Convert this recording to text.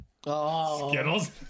Skittles